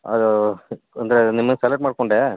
ಅದು ಅಂದರೆ ನಿಮ್ಮನ್ನ ಸೆಲೆಕ್ಟ್ ಮಾಡ್ಕೊಂಡೆ